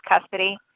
custody